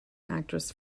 actress